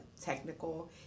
technical